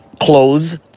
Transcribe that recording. clothes